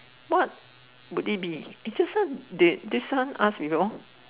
what would it be eh just now did this one asked before